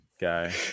guy